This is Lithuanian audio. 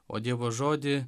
o dievo žodį